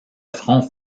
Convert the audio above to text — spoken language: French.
front